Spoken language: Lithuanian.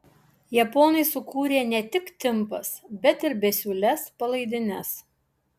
japonai sukūrė ne tik timpas bet ir besiūles palaidines